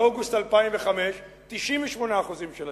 באוגוסט 2005, 98% של השטח.